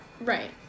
Right